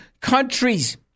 countries